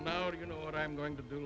know what i'm going to do